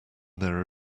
their